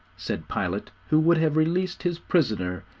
said pilate who would have released his prisoner,